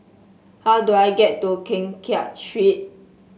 how do I get to Keng Kiat Street